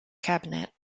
cabinet